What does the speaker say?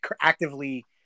actively